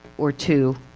or two,